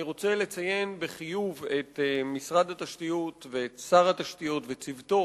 אני רוצה לציין בחיוב את משרד התשתיות ואת שר התשתיות ואת צוותו